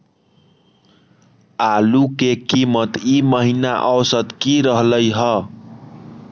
आलू के कीमत ई महिना औसत की रहलई ह?